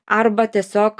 arba tiesiog